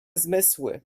zmysły